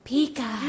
Pika